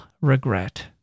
regret